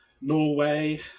Norway